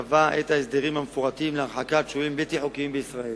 קבע את ההסדרים המפורטים להרחקת שוהים בלתי חוקיים בישראל.